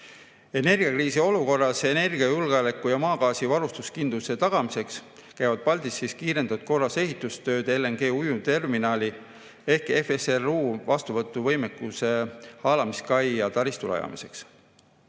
Energiakriisi olukorras energiajulgeoleku ja maagaasi varustuskindluse tagamiseks käivad Paldiskis kiirendatud korras ehitustööd LNG‑ujuvterminali ehk FSRU vastuvõtuvõimekusega haalamiskai ja taristu rajamiseks.